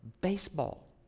baseball